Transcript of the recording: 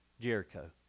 Jericho